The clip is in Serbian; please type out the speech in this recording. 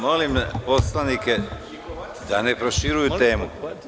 Molim poslanike da ne proširuju temu.